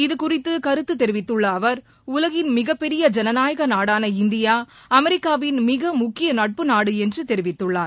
இது குறித்து கருத்து தெரிவித்துள்ள அவர் உலகின் மிகப்பெரிய ஜனநாயக நாடான இந்தியா அமெரிக்காவின் மிக முக்கிய நட்பு நாடு என்று தெரிவித்துள்ளார்